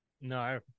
no